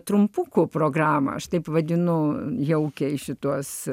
trumpukų programą aš taip vadinu jaukiai šituos